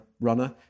runner